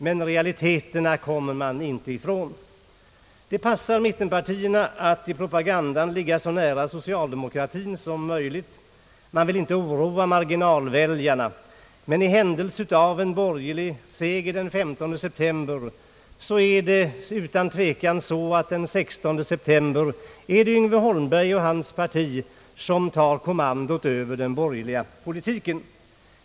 Men realiteterna kommer man inte ifrån. Det passar mittenpartierna att i propagandan ligga så nära socialdemokratin som möjligt — man vill inte oroa marginalväljarna — men i händelse av borgerlig seger den 15 september blir det utan tvekan den 16 september Yngve Holmberg och hans parti som tar kommandot över den borgerliga politiken.